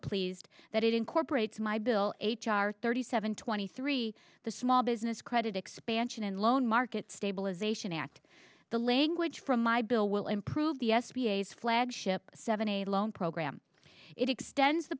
pleased that it incorporates my bill h r thirty seven twenty three the small business credit expansion and loan market stabilization act the language from my bill will improve the s b a as flagship seventy loan program it extends the